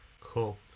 Cool